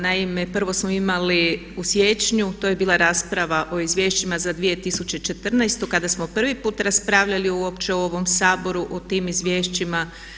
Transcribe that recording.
Naime, prvo smo imali u siječnju to je bila rasprava o izvješćima za 2014. kada smo prvi put raspravljali uopće u ovom Saboru o tim izvješćima.